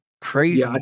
Crazy